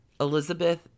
Elizabeth